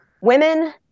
women